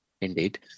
Indeed